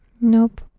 nope